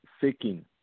seeking